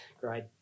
Great